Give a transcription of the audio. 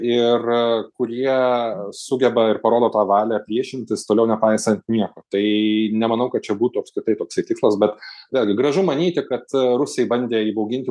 ir kurie sugeba ir parodo tą valią priešintis toliau nepaisant nieko tai nemanau kad čia būtų apskritai toksai tikslas bet vėlgi gražu manyti kad rusai bandė įbauginti